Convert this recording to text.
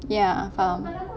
ya faham